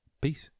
peace